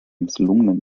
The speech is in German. misslungenen